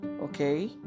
okay